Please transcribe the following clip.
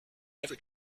never